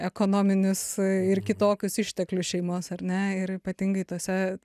ekonominius ir kitokius išteklius šeimos ar ne ir ypatingai tose